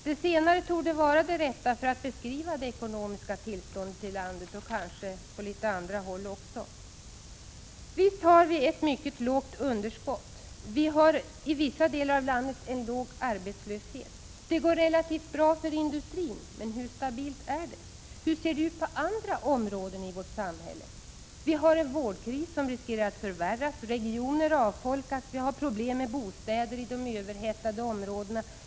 Det senare torde vara det rätta för att beskriva det ekonomiska tillståndet i landet och kanske på en del andra håll också. Visst har vi ett mycket lågt underskott. Vi har i vissa delar av landet en låg arbetslöshet. Det går relativt bra för industrin. Men hur stabilt är det? Hur ser det ut på andra områden i vårt samhälle? Vi har en vårdkris som riskerar att förvärras. Regioner avfolkas. Vi har problem med bostäder i de överhettade områdena.